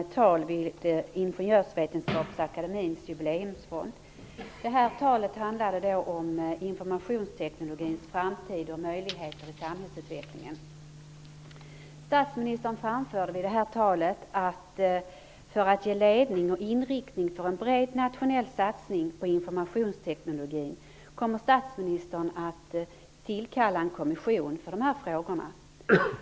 I förra veckan höll statsministern ett tal vid Statsministern framförde vid detta tal att för att ge ledning och inriktning för en bred nationell satsning på informationsteknologin kommer statsministern att tillkalla en kommission.